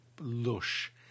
lush